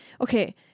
Okay